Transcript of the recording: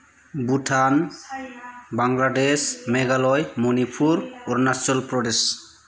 Bhutan Bangladesh Meghalaya Manipur Arunachal Pradesh